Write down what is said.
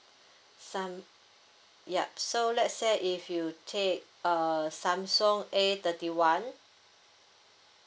sam~ yup so let's say if you take uh samsung A thirty one